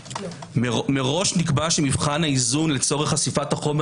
אני מזכיר מראש נקבע שמבחן האיזון לצורך חשיפת החומר